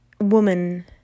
woman